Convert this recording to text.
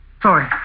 Sorry